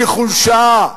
מחולשה,